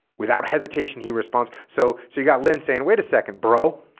without hesitation he responds so so you got lynn saying wait a second bro